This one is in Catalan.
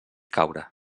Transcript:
caure